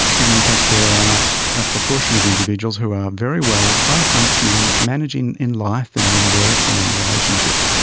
and in fact there are a proportion of individuals who are very well, high functioning, managing in life and in work and in relationships,